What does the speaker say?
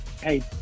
Hey